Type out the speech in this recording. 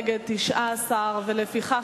נגד הצביעו 19. לפיכך,